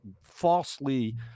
falsely